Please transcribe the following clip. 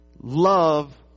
love